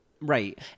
Right